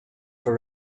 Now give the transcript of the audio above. for